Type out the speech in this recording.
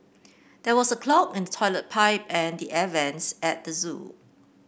there was a clog in toilet pipe and the air vents at the zoo